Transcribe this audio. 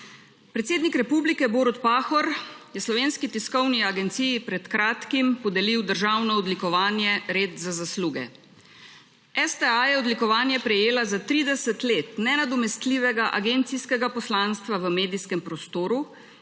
Predsednik republike Borut Pahor, je Slovenski tiskovni agenciji pred kratkim podelil državno odlikovanje, red za zasluge. STA je odlikovanje prejela za 30 let nenadomestljivega agencijskega poslanstva v medijskem prostoru